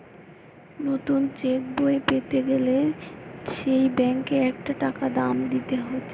নতুন চেক বই পেতে গ্যালে সে ব্যাংকে একটা টাকা দাম দিতে হতিছে